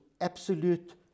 absolute